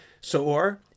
Soor